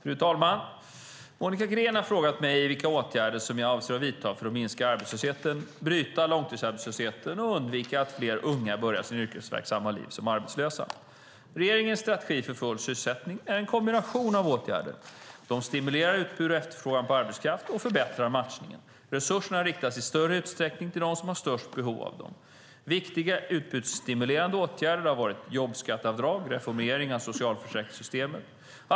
Fru talman! Monica Green har frågat mig vilka åtgärder som jag avser att vidta för att minska arbetslösheten, bryta långtidsarbetslösheten och undvika att fler unga börjar sina yrkesverksamma liv som arbetslösa. Regeringens strategi för full sysselsättning är en kombination av åtgärder. De stimulerar utbud och efterfrågan på arbetskraft samt förbättrar matchningen. Resurserna riktas i större utsträckning till dem som har störst behov av dem. Viktiga utbudsstimulerande åtgärder har varit jobbskatteavdraget och reformeringen av socialförsäkringssystemen.